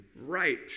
right